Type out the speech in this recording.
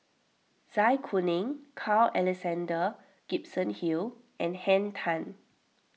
Zai Kuning Carl Alexander Gibson Hill and Henn Tan